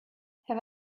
have